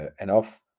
enough